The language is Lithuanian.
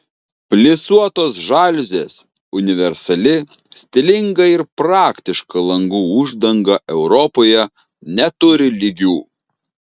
plisuotos žaliuzės universali stilinga ir praktiška langų uždanga europoje neturi lygių